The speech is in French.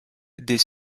des